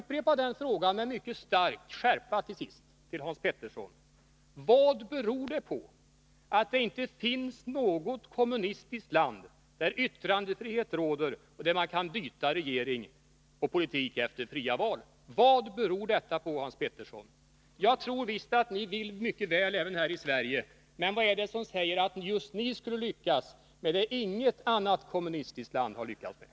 Jag vill till sist med mycket stark skärpa upprepa min fråga till Hans Petersson: Vad beror det på att det inte finns något kommunistiskt land där yttrandefrihet råder och där man kan byta regering och politik efter fria val? Vad beror detta på, Hans Petersson? Jag tror visst att ni vill mycket väl även här i Sverige, men vad är det som säger att just ni skulle lyckas med det som inget annat kommunistiskt land har lyckats med?